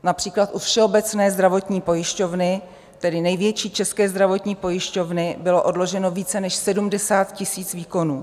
Například u Všeobecné zdravotní pojišťovny, tedy největší české zdravotní pojišťovny, bylo odloženo více než 70 000 výkonů.